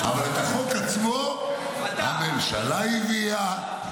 אבל את החוק עצמו הממשלה הביאה,